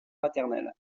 paternelle